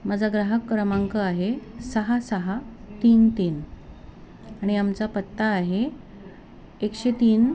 माझा ग्राहक क्रमांक आहे सहा सहा तीन तीन आणि आमचा पत्ता आहे एकशे तीन